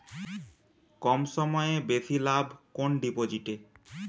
কম সময়ে বেশি লাভ কোন ডিপোজিটে?